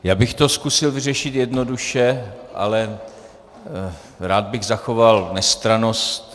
Já bych to zkusil vyřešit jednoduše, ale rád bych zachoval nestrannost.